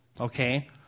Okay